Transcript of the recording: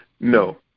No